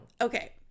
Okay